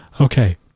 Okay